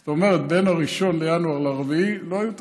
זאת אומרת, בין 1 בינואר ל-4 בינואר לא היו תקנות.